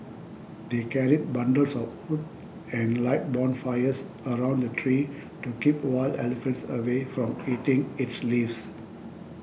they carried bundles of wood and light bonfires around the tree to keep wild elephants away from eating its leaves